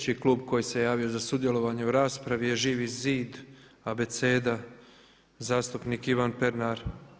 Sljedeći klub koji se javio za sudjelovanje u raspravi je Živi zid Abeceda zastupnik Ivan Pernar.